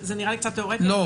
לא.